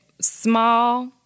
small